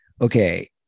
okay